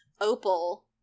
Opal